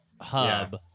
hub